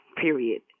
period